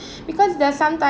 because there are someti~